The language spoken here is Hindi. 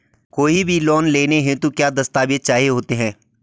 कोई भी लोन हेतु क्या दस्तावेज़ चाहिए होते हैं?